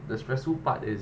the stressful part is